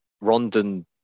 Rondon